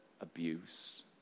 abuse